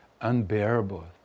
unbearable